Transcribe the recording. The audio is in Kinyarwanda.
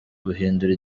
guhindura